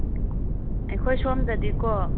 ꯑꯩꯈꯣꯏ ꯁꯤꯝꯗꯗꯤꯀꯣ